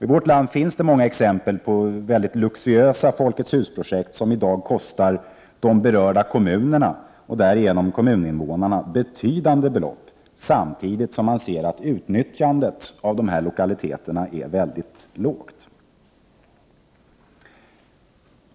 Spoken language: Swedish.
I vårt land finns det många exempel på luxuösa Folkets hus-projekt som i dag kostar de berörda kommunerna och därigenom kommuninnevånarna betydande belopp samtidigt som man ser att utnyttjandet av dessa lokaliteter är mycket lågt.